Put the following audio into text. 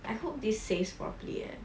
I hope this save properly leh